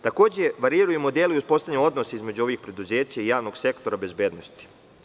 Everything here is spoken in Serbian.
Takođe, variraju i modeli uspostavljanja odnosa između ovih preduzeća i javnog sektora bezbednosti.